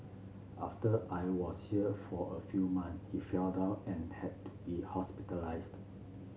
after I was sheer for a few month he fell down and had to be hospitalised